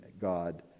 God